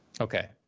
Okay